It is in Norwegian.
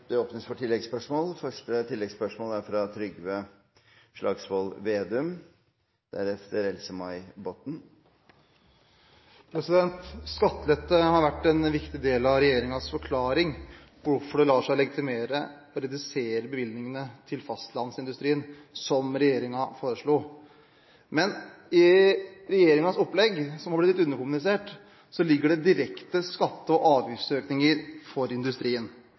åpnes det for oppfølgingsspørsmål – først Trygve Slagsvold Vedum. Skattelette har vært en viktig del av regjeringens forklaring på hvorfor det lar seg legitimere å redusere bevilgningene til fastlandsindustrien, som regjeringen foreslo. Men i regjeringens opplegg – som har blitt underkommunisert – ligger det direkte skatte- og avgiftsøkninger for industrien.